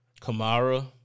Kamara